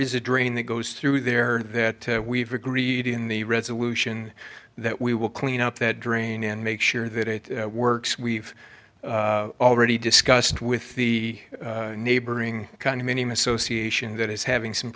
is a drain that goes through there that we've agreed in the resolution that we will clean up that drain and make sure that it works we've already discussed with the neighboring condominium association that is having some